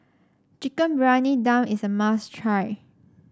Chicken Briyani Dum is a must try